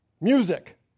music